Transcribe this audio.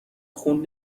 خون